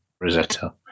Rosetta